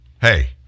hey